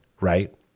Right